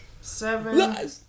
seven